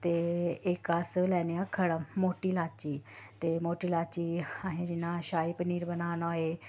ते इक अस लैन्ने आं खड़म मोटी इलाची ते मोटी लाची असें जि'यां शाही पनीर बनाना होऐ